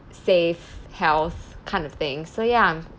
safe health kind of thing so ya